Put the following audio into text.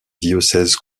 diocèse